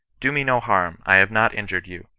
do me no harm, i have not injured you